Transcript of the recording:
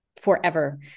forever